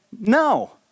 no